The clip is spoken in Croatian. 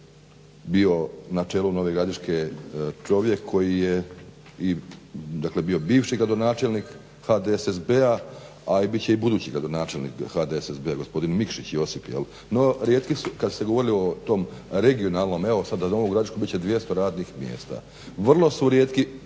bio na čelu Nove Gradiške čovjek koji je i dakle bio bivši gradonačelnik HDSSB-a, a bit će i budući gradonačelnik HDSSB-a gospodin Mikšić Josip. No rijetki su, kad ste govorili o tom regionalnom, evo sad za Novu gradišku bit će 200 radnih mjesta. Vrlo su rijetki